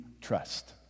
trust